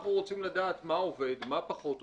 אנחנו רוצים לדעת מה עובד, מה פחות עובד.